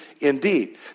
indeed